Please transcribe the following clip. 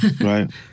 Right